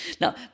Now